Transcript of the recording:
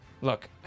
look